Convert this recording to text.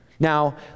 Now